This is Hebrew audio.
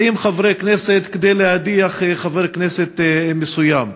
חברי כנסת כדי להדיח חבר כנסת מסוים,